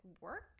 work